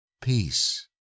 peace